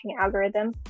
algorithm